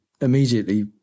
immediately